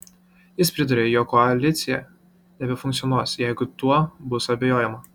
jis pridūrė jog koalicija nebefunkcionuos jeigu tuo bus abejojama